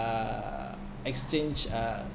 uh exchange uh